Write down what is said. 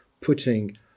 putting